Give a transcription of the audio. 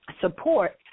support